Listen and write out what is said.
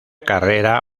carrera